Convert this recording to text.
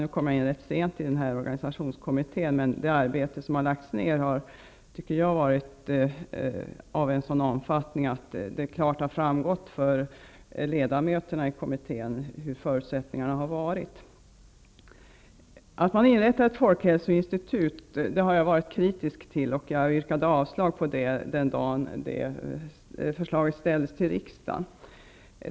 Nu kommer jag in rätt sent i kommittéarbetet, men det arbete som har lagts ner har varit av sådan omfattning att det stått klart för ledamöterna i kommittén vilka förutsättningarna har varit. Jag har varit kritisk till att inrätta ett folkhälsoinstitut. Jag yrkade avslag på förslaget när det presenterades i riksdagen.